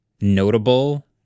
notable